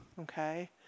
okay